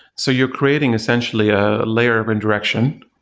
so you're creating essentially a layer of indirection,